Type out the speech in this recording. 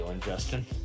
Justin